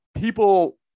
People